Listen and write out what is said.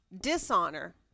dishonor